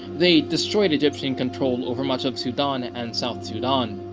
they destroyed egyptian control over much of sudan and south sudan.